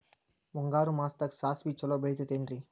ಮುಂಗಾರು ಮಾಸದಾಗ ಸಾಸ್ವಿ ಛಲೋ ಬೆಳಿತೈತೇನ್ರಿ?